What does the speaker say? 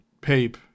Pape